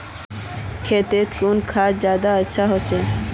खेतोत कुन खाद ज्यादा अच्छा होचे?